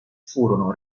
furono